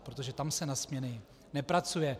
Protože tam se na směny nepracuje.